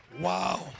Wow